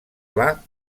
pla